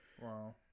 Wow